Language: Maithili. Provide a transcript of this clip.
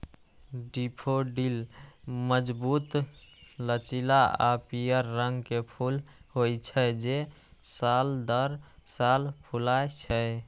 डेफोडिल मजबूत, लचीला आ पीयर रंग के फूल होइ छै, जे साल दर साल फुलाय छै